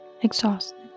exhausted